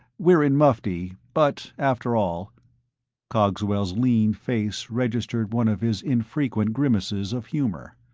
we're in mufti, but after all cogswell's lean face registered one of his infrequent grimaces of humor.